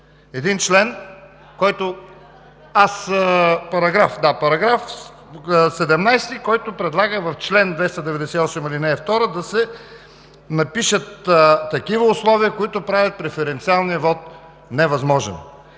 –§ 17, който предлага в чл. 298, ал. 2 да се напишат такива условия, които правят преференциалния вот невъзможен.